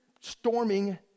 storming